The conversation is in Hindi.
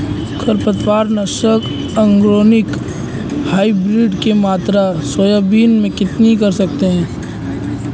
खरपतवार नाशक ऑर्गेनिक हाइब्रिड की मात्रा सोयाबीन में कितनी कर सकते हैं?